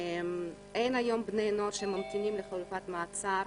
אין היום בני נוער שממתינים לחלופת מעצר